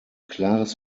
klares